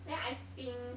then I think